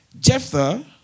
Jephthah